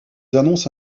annoncent